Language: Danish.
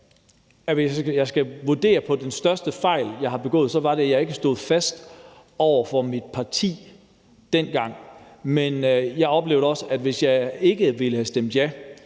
hvis jeg skal vurdere, hvad der er den største fejl, jeg har begået, så var det, at jeg ikke stod fast over for mit parti dengang. Men jeg oplevede også, at hvis jeg ikke havde stemt ja,